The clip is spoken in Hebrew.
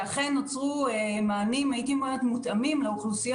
אכן נוצרו מענים מותאמים לאוכלוסיות